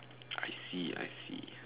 I see I see